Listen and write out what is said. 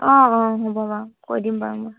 অঁ অঁ হ'ব বাৰু কৈ দিম বাৰু মই